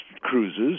cruises